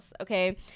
okay